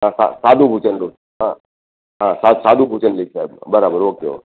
સા સા સાદું ભોજન રોજ હા હા હા સા સા સાદું ભોજન લઇશ સાહેબ બરાબર ઓકે ઓ